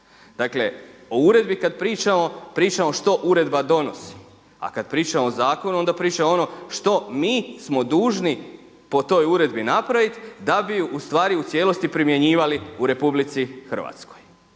Dakle o uredbi kada pričamo, pričamo što uredba donosi, a kada pričamo o zakonu onda priča ono što mi smo dužni po toj uredbi napraviti da bi ustvari u cijelosti primjenjivali u RH. I ni u jednom